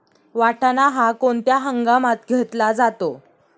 वाटाणा हा कोणत्या हंगामात घेतला जातो?